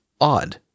odd